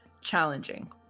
challenging